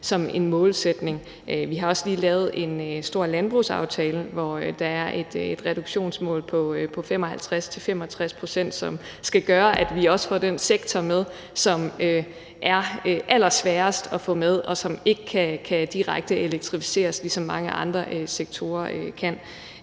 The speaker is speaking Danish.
som en målsætning. Vi har også lige lavet en stor landbrugsaftale, hvor der er et reduktionsmål på 55-65 pct., som skal gøre, at vi også får den sektor med, som er allersværest at få med, og som ikke direkte kan elektrificeres, som mange andre sektorer kan.